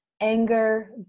anger